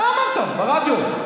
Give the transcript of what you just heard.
אתה אמרת ברדיו.